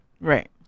Right